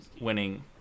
winning